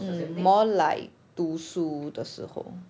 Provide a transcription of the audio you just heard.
um more like 读书的时候